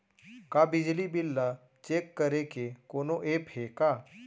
का बिजली बिल ल चेक करे के कोनो ऐप्प हे का?